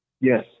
Yes